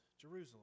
jerusalem